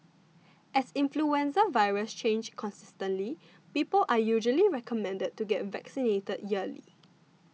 as influenza viruses change constantly people are usually recommended to get vaccinated yearly